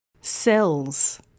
Cells